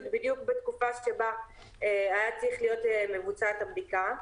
בדיוק בתקופה שבה הייתה צריכה להיות מבוצעת הבדיקה,